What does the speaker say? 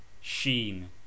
Sheen